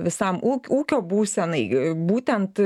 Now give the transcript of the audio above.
visam ūkiui ūkio būsenai būtent